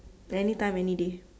any time any day